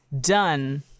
done